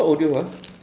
what audio ah